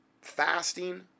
fasting